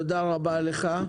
תודה רבה לך.